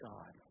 God